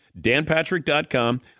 danpatrick.com